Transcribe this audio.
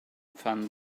funds